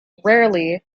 rarely